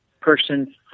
person